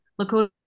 Lakota